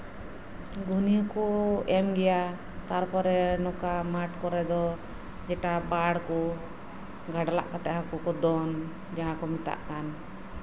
ᱜᱷᱩᱱᱤ ᱠᱚ ᱮᱢ ᱜᱮᱭᱟ ᱛᱟᱨᱯᱚᱨᱮ ᱱᱚᱝᱠᱟ ᱢᱟᱴᱷ ᱠᱚᱨᱮ ᱫᱚ ᱡᱮᱴᱟ ᱵᱟᱲ ᱠᱚ ᱜᱟᱰᱞᱟᱜ ᱠᱟᱛᱮᱜ ᱦᱟᱹᱠᱩ ᱠᱚ ᱫᱚᱱ ᱡᱮᱴᱟ ᱠᱚ ᱢᱮᱛᱟᱜ ᱠᱟᱱ